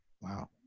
Wow